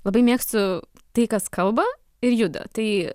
labai mėgstu tai kas kalba ir juda tai